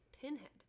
Pinhead